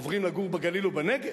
עוברים לגור בגליל ובנגב,